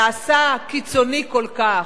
נעשה קיצוני כל כך.